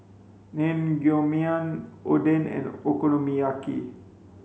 Naengmyeon Oden and Okonomiyaki